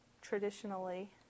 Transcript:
traditionally